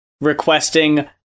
requesting